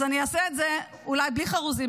אז אני אעשה את זה אולי בלי חרוזים,